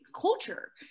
culture